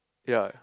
ya